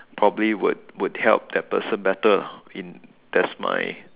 probably would would help that person better lah in that's my